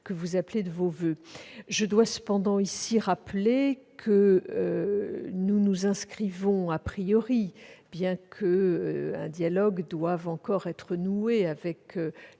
que vous appelez de vos voeux. Je dois cependant rappeler que nous nous inscrivons pleinement, bien qu'un dialogue doive encore être noué avec